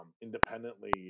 independently